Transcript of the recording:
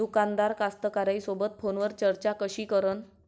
दुकानदार कास्तकाराइसोबत फोनवर चर्चा कशी करन?